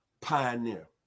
pioneer